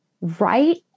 right